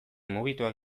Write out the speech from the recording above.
mugituak